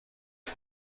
بده